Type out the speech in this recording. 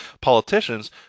politicians